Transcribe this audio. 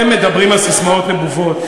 אתם מדברים על ססמאות נבובות?